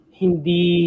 hindi